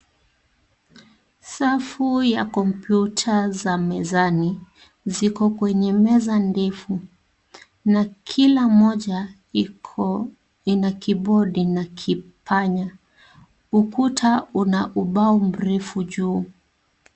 Safu ya kompyuta za mezani ziko kwenye meza ndefu na kila moja ina kibodi na kipanya. Ukuta una ubao mrefu juu.